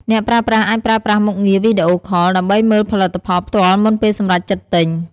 អ្នកប្រើប្រាស់អាចប្រើប្រាស់មុខងារវីដេអូខល ដើម្បីមើលផលិតផលផ្ទាល់មុនពេលសម្រេចចិត្តទិញ។